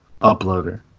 uploader